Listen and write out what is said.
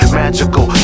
magical